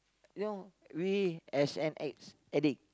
you know we as an ex addict